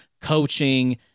coaching